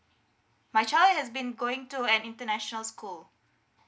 my child has been going to an international school